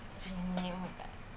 I knew that